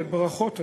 וברכות,